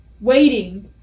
waiting